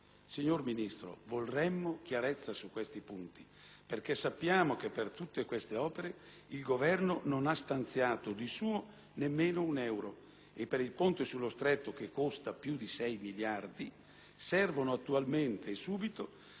Signor Ministro, vorremmo chiarezza su questi punti, perché sappiamo che per tutte queste opere il Governo non ha stanziato di suo nemmeno un euro e per il ponte sullo Stretto - che costa più di 6 miliardi di euro - servono subito